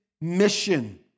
mission